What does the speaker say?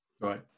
Right